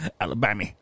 Alabama